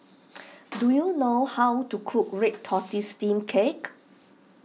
do you know how to cook Red Tortoise Steamed Cake